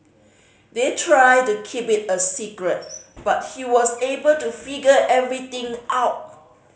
they tried to keep it a secret but he was able to figure everything out